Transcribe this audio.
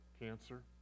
cancer